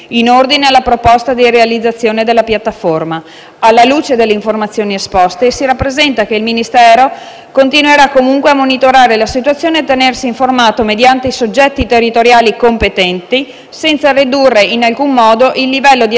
un impianto per la cui realizzazione sono già stati acquistati dalla società proponente circa 300 ettari di terra a vocazione fortemente agricola in un'area la cui produzione agroalimentare vedrebbe, inevitabilmente, compromessa la propria reputazione.